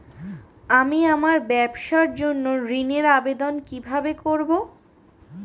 আমি আমার ব্যবসার জন্য ঋণ এর আবেদন কিভাবে করব?